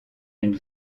une